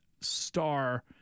star